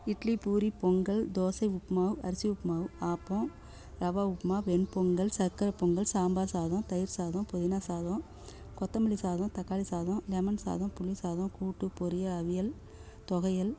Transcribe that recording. இட்லி பூரி பொங்கல் தோசை உப்புமாவ் அரிசி உப்புமாவ் ஆப்பம் ரவா உப்புமா வெண் பொங்கல் சர்க்கர பொங்கல் சாம்பார் சாதம் தயிர் சாதம் புதினா சாதம் கொத்தமல்லி சாதம் தக்காளி சாதம் லெமன் சாதம் புளி சாதம் கூட்டு பொரியல் அவியல் துவையல்